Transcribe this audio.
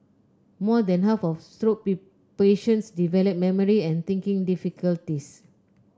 more than half of stroke patients develop memory and thinking difficulties